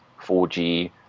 4G